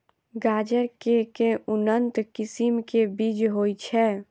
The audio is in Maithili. गाजर केँ के उन्नत किसिम केँ बीज होइ छैय?